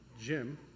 Jim